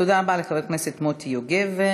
תודה רבה לחבר הכנסת מוטי יוגב.